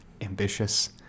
ambitious